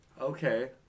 Okay